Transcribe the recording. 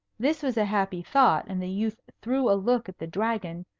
this was a happy thought, and the youth threw a look at the dragon,